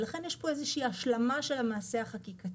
לכן, יש פה איזושהי השלמה של המעשה החקיקתי.